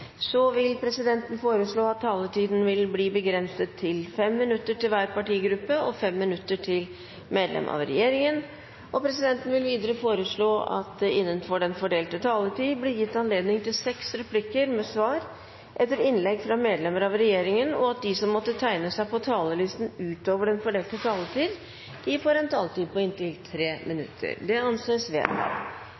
så viktig å få etablert denne enheten og jobbe tett også på et internasjonalt nivå. Replikkordskiftet er slutt. Flere har ikke bedt om ordet til sak nr. 6. Etter ønske fra familie- og kulturkomiteen vil presidenten foreslå at taletiden blir begrenset til 5 minutter til hver partigruppe og 5 minutter til medlem av regjeringen. Videre vil presidenten foreslå at det blir gitt anledning til seks replikker med svar etter innlegg fra medlemmer av regjeringen innenfor den fordelte taletid, og at de